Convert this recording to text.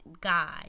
God